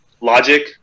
logic